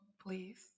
please